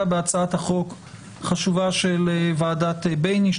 בהצעת החוק החשובה של ועדת בייניש.